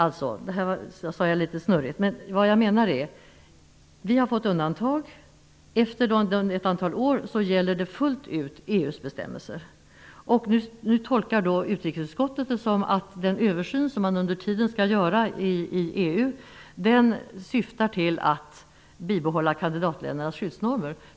Vi har alltså fått ett tidsbegränsat undantag. Efter ett antal år gäller EU:s bestämmelser fullt ut. Utrikesutskottet tolkar detta som att den översyn som EU skall göra syftar till att bibehålla kandidatländernas skyddsnormer.